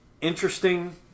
interesting